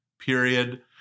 period